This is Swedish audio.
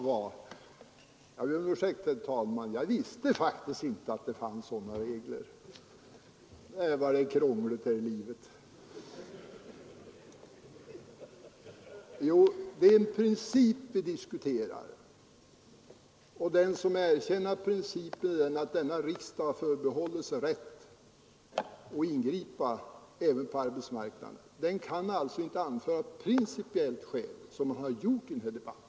Herr talman! Det är en princip vi här diskuterar, och den som erkänner den principen — alltså att denna riksdag förbehåller sig rätt att ingripa även på arbetsmarknaden — kan inte anföra några principiella invändningar av det slag som förekommit i denna debatt.